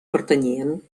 pertanyien